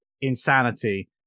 insanity